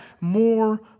more